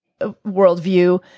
worldview